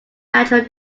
natural